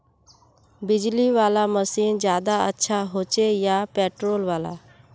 बिजली वाला मशीन ज्यादा अच्छा होचे या पेट्रोल वाला?